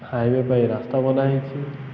highway ପାଇଁ ରାସ୍ତା ବନା ହେଇଛି